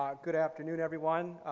um good afternoon, everyone.